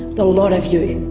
the lot of you!